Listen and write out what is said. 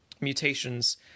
mutations